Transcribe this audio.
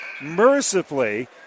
mercifully